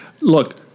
Look